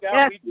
Yes